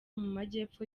mumajyepfo